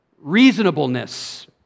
reasonableness